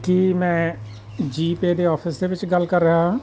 ਕੀ ਮੈਂ G pay ਦੇ office ਦੇ ਵਿੱਚ ਗੱਲ ਕਰ ਰਿਹਾ ਹਾਂ